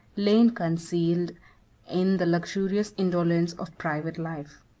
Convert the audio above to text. lain concealed in the luxurious indolence of private life.